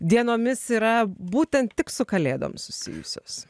dienomis yra būtent tik su kalėdom susijusios